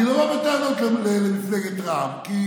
אני לא בא בטענות למפלגת רע"מ, כי